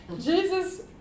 Jesus